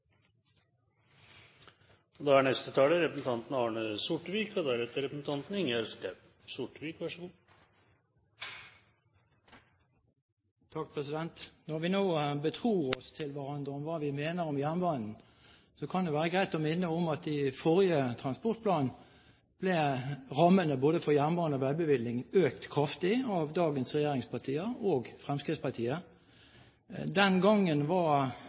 Når vi nå betror oss til hverandre om hva vi mener om jernbanen, kan det jo være greit å minne om at i forrige transportplan ble rammene både for jernbane og veibevilgning økt kraftig av dagens regjeringspartier og Fremskrittspartiet. Den gangen var